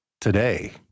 today